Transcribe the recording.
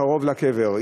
קרוב לקבר,